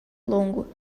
longo